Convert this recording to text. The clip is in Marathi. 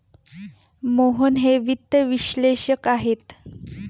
मोहन हे वित्त विश्लेषक आहेत